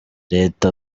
leta